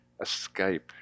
escape